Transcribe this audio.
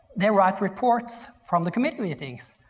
they write reports from the committee meetings.